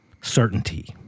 Certainty